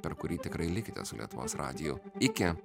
per kurį tikrai likite su lietuvos radiju iki